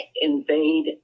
invade